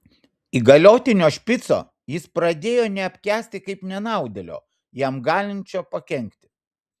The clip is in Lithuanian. įgaliotinio špico jis pradėjo neapkęsti kaip nenaudėlio jam galinčio pakenkti